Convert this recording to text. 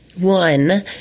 one